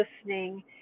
listening